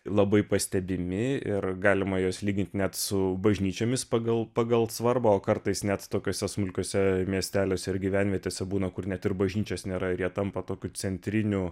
labai pastebimi ir galima juos lygint net su bažnyčiomis pagal pagal svarbą o kartais net tokiuose smulkiuose miesteliuose ir gyvenvietėse būna kur net ir bažnyčios nėra ir jie tampa tokiu centriniu